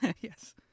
Yes